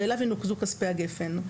ואליו ינוקזו כספי גפ"ן.